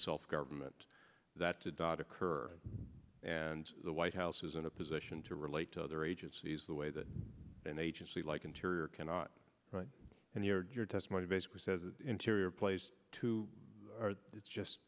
self government that to dod occur and the white house is in a position to relate to other agencies the way that an agency like interior cannot write and your testimony basically says interior plays to it's just